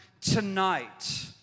tonight